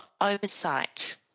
oversight